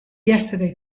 yesterday